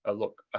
ah look, ah